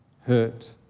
hurt